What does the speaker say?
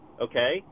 okay